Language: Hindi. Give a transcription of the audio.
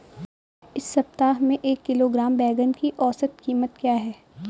इस सप्ताह में एक किलोग्राम बैंगन की औसत क़ीमत क्या है?